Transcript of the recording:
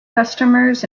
customers